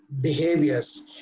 behaviors